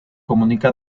comunica